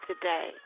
today